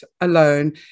alone